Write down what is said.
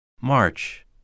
March